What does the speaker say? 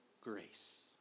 grace